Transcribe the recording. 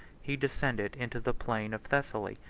he descended into the plain of thessaly,